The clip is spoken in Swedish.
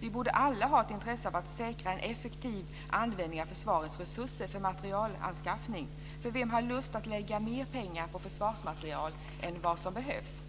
Vi borde alla ha ett intresse av att säkra en effektiv användning av försvarets resurser för materielanskaffning. Vem har ett lust att lägga mer pengar på försvarsmateriel än vad som behövs?